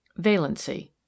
Valency